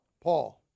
Paul